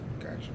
Gotcha